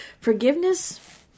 forgiveness